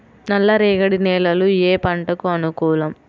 నల్ల రేగడి నేలలు ఏ పంటకు అనుకూలం?